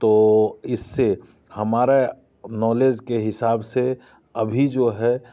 तो इससे हमारा नॉलेज के हिसाब से अभी जो है